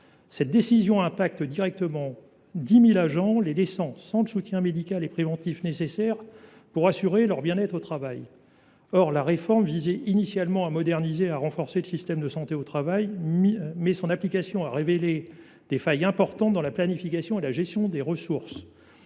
telle décision frappe directement les 10 000 agents, les laissant sans le soutien médical et préventif nécessaire à leur bien être au travail. La réforme visait initialement à moderniser et à renforcer le système de santé au travail. Mais son application a révélé des failles importantes dans la planification et la gestion des ressources.